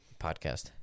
Podcast